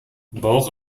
bauch